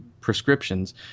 prescriptions